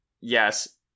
yes